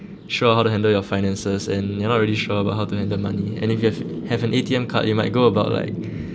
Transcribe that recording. sure how to handle your finances and you're not really sure about how to handle money and if you have have an A_T_M card you might go about like